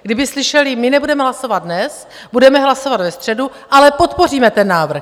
Kdyby slyšeli, my nebudeme hlasovat dnes, budeme hlasovat ve středu, ale podpoříme ten návrh.